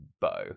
bow